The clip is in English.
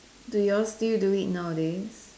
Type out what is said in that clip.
do your still do it nowadays